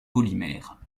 polymère